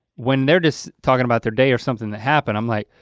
when they're just talking about their day or something that happened i'm like,